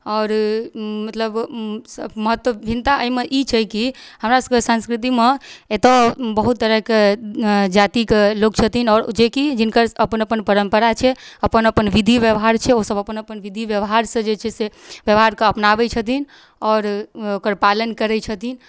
आओर मतलब महत्व भिन्नता अइमे इ छै की हमरा सबके संस्कृति मे एतौ बहुत तरहके जातिक लोक छथिन आओर जेकि जिनकर अपन अपन परम्परा छै अपन अपन विधि व्यवहार छै ओ सब अपन अपन विधि व्यवहारसँ जे छै से व्यवहारके अपनाबै छथिन आओर ओकर पालन करै छथिन